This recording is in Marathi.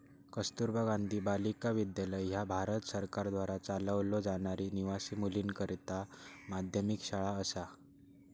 कस्तुरबा गांधी बालिका विद्यालय ह्या भारत सरकारद्वारा चालवलो जाणारी निवासी मुलींकरता माध्यमिक शाळा असा